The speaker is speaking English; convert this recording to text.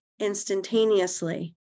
instantaneously